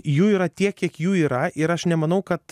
jų yra tiek kiek jų yra ir aš nemanau kad